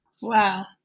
Wow